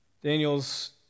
Daniel's